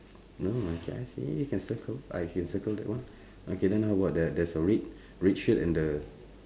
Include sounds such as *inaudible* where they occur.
no okay I see can circle I can circle that one *breath* okay then how about the there's a red *breath* red shirt and the